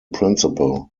principal